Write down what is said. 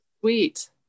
sweet